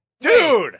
dude